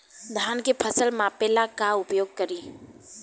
धान के फ़सल मापे ला का उपयोग करी?